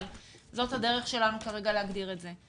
אבל זו הדרך שלנו להגדיר את זה.